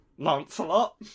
Lancelot